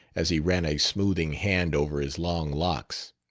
as he ran a smoothing hand over his long locks.